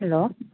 hello